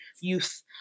youth